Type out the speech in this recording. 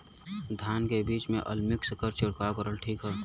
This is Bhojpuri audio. धान के बिज में अलमिक्स क छिड़काव करल ठीक ह?